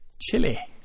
Chili